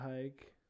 Hike